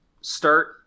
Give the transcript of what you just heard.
start